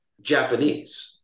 Japanese